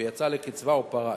השפיטה, ויצא לקצבה או פרש.